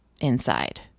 inside